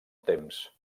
temps